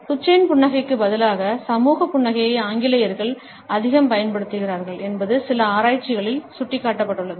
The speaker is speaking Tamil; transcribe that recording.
டுச்சேன் புன்னகைக்கு பதிலாக சமூக புன்னகையை ஆங்கிலேயர்கள் அதிகம் பயன்படுத்துகிறார்கள் என்பது சில ஆராய்ச்சிகளில் சுட்டிக்காட்டப்பட்டுள்ளது